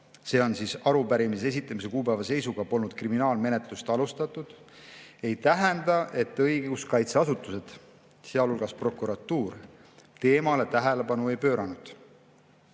see on arupärimise esitamise kuupäeva seisuga – polnud kriminaalmenetlust alustatud, ei tähenda, et õiguskaitseasutused, sealhulgas prokuratuur, teemale tähelepanu ei pööranud.